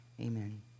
Amen